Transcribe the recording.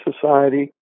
society